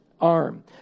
arm